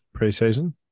preseason